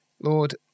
Lord